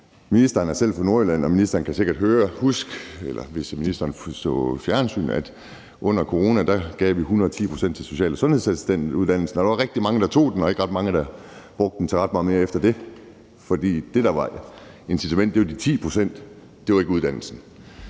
Ministeren er selv fra Nordjylland, og ministeren kan sikkert huske, eller hvis ministeren så fjernsyn, at under corona gav vi 110 pct. til social- og sundhedsassistentuddannelsen. Der var rigtig mange, der tog den, og ikke ret mange, der brugte den til ret meget mere efter det, for det, der var incitamentet, var de 10 pct.; det var ikke uddannelsen.